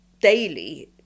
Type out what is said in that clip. daily